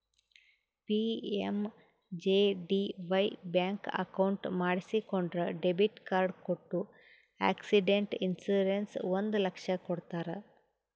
PMJDY bank account ಮಾಡಿಸಿಕೊಂಡ್ರ debit card ಕೊಟ್ಟು accident insurance ಒಂದ್ ಲಕ್ಷ ಕೊಡ್ತಾರ್